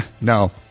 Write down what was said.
No